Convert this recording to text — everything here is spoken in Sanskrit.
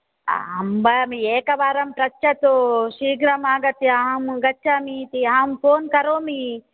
अम्बाम् एकवारं प्रच्छतु शीघ्रमागत्य अहं गच्छामिति अहं फोन् करोमि